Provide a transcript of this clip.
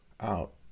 out